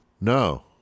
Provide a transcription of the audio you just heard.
No